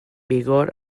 vigor